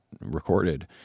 recorded